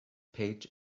page